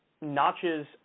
notches